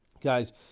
Guys